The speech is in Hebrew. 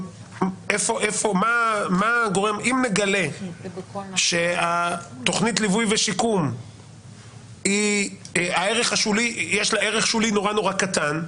אם נגלה שתוכנית ליווי ושיקום יש לה ערך שולי נורא נורא קטן,